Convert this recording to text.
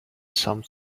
some